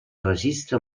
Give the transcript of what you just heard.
registre